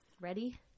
ready